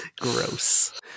Gross